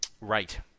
Right